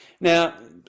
Now